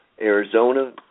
Arizona